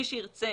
מי שירצה